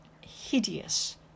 hideous